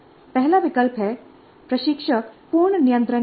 पहला विकल्प है प्रशिक्षक पूर्ण नियंत्रण में है